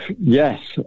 Yes